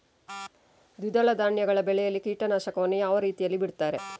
ದ್ವಿದಳ ಧಾನ್ಯಗಳ ಬೆಳೆಯಲ್ಲಿ ಕೀಟನಾಶಕವನ್ನು ಯಾವ ರೀತಿಯಲ್ಲಿ ಬಿಡ್ತಾರೆ?